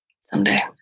Someday